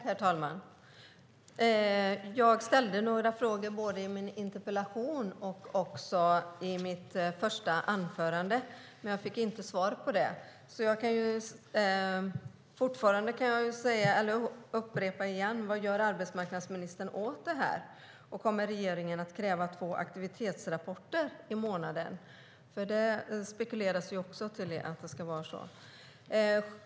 Herr talman! Jag ställde några frågor i min interpellation och i mitt första anförande, men jag har inte fått svar på dem. Jag kan upprepa: Vad gör arbetsmarknadsministern åt detta? Kommer regeringen att kräva två aktivitetsrapporter i månaden? Det spekuleras i att det ska vara så.